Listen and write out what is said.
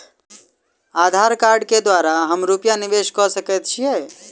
आधार कार्ड केँ द्वारा हम रूपया निवेश कऽ सकैत छीयै?